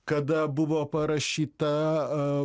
kada buvo parašyta